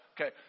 Okay